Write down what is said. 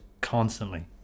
constantly